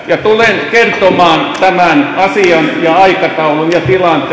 ja tulen kertomaan tämän asian ja aikataulun ja